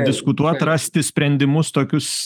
diskutuot rasti sprendimus tokius